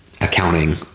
accounting